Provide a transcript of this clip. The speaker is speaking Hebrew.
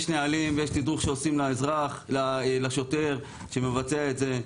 יש נהלים ויש תדרוך שעושים לשוטר שמבצע את זה,